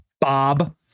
Bob